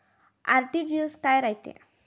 RTGS काय रायते?